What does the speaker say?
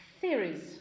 theories